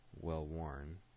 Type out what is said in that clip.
well-worn